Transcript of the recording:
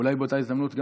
אולי באותה הזדמנות,